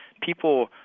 people